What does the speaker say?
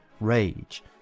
rage